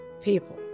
people